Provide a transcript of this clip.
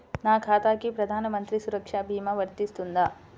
నా ఖాతాకి ప్రధాన మంత్రి సురక్ష భీమా వర్తిస్తుందా?